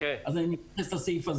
אז אני מתייחס לסעיף הזה.